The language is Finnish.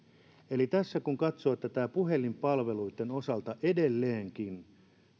eli kun katsoo tätä puhelinpalveluitten osalta niin edelleenkin